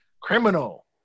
criminal